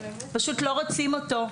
פשוט לא רוצים אותו.